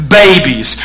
babies